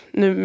nu